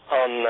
on